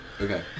Okay